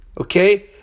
Okay